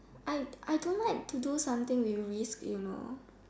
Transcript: I I don't like to do something with risk you know